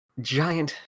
giant